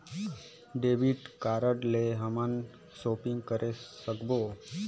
Debit card ले हमन shopping करे सकबो?